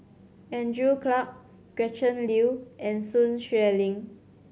Andrew Clarke Gretchen Liu and Sun Xueling